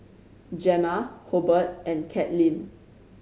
Gemma Hobert and Katlynn